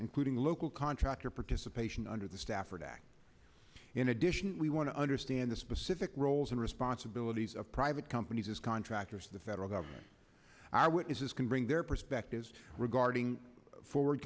including local contractor participation under the stafford act in addition we want to understand the specific roles and responsibilities of private companies as contractors to the federal government our witnesses can bring their perspectives regarding forward